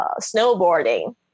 snowboarding